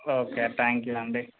okay thank you అండి